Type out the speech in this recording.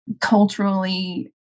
culturally